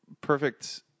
perfect